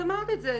אמרת את זה.